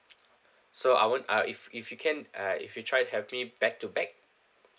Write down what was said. so I want a if if you can uh if you try help me back to back